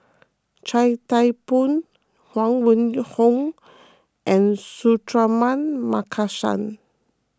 Chia Thye Poh Huang Wenhong and Suratman Markasan